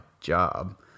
job